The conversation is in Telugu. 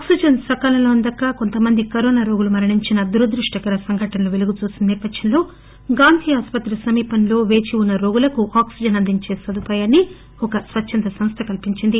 ఆక్సిజన్ సకాలంలో అందక కొంతమంది కరోనా రోగులు మరణించిన దురదృష్ణకర సంఘటనలు పెలుగుచూసిన సేపథ్యంలో గాంధీ ఆస్పత్రి సమీపంలో పేచి ఉన్న రోగులకు ఆక్పిజన్ అందించే సదుపాయాన్ని ఒక స్వచ్చంద సంస్ద కల్పించింది